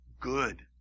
good